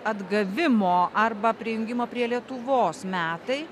atgavimo arba prijungimo prie lietuvos metai